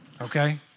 Okay